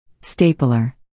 stapler